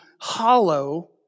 hollow